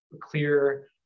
clear